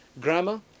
Grammar